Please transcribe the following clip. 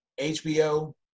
HBO